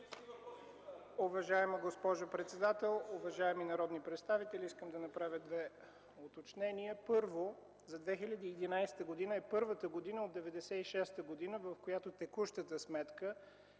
Уважаема госпожо председател, уважаеми народни представители, искам да направя две уточнения. Първо, 2011 г. е първата година от 1996 г., в която текущата сметка